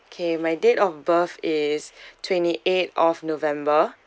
okay my date of birth is twenty eighth of november